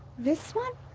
this one?